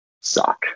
suck